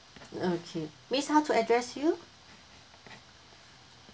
okay miss how to address you